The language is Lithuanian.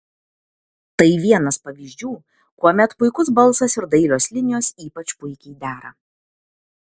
tai vienas pavyzdžių kuomet puikus balsas ir dailios linijos ypač puikiai dera